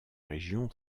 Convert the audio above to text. région